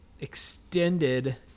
extended